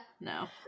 No